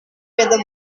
whether